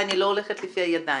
אני לא הולכת לפי ידיים,